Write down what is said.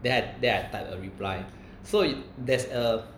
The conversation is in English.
then I then I type a reply so there's a